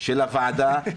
של הוועדה.